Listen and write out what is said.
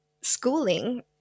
schooling